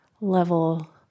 level